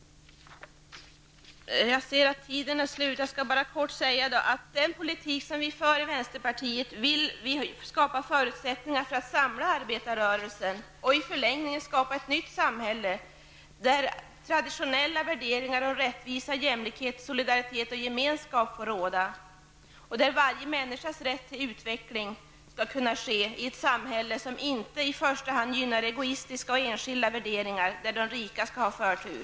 Jag har inte längre tid på mig och vill därför bara säga att med den politik som vi för i vänsterpartiet vill vi skapa förutsättningar att samla arbetarrörelsen och i förlängningen skapa ett nytt samhälle där traditionella värderingar om rättvisa, jämlikhet, solidaritet och gemenskap får råda. Varje människas rätt till utveckling skall finnas i ett samhälle, som inte i första hand gynnar egoistiska och enskilda värderingar, där de rika har förtur.